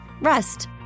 rest